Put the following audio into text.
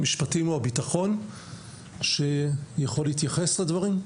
המשפטים או הביטחון שיכול להתייחס לדברים?